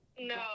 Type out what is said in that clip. No